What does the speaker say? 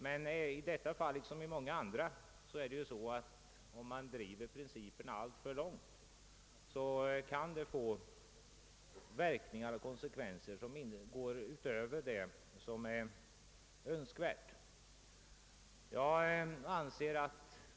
Men i detta som i så många andra fall är det så, att om man driver principerna alltför långt kan de få verkningar och konsekvenser som går utöver vad man avsett.